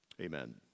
Amen